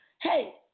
hey